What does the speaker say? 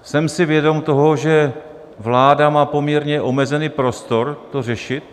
Jsem si vědom toho, že vláda má poměrně omezený prostor to řešit.